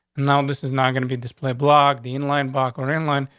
now, this is not gonna be display blogged the in leinbach or inland.